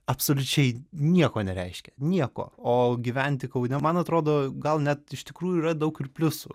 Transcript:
absoliučiai nieko nereiškia nieko o gyventi kaune man atrodo gal net iš tikrųjų yra daug ir pliusų